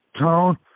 tone